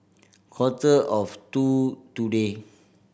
quarter of to two today